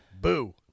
Boo